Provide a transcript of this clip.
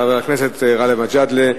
חבר הכנסת גאלב מג'אדלה,